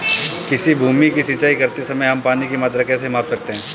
किसी भूमि की सिंचाई करते समय हम पानी की मात्रा कैसे माप सकते हैं?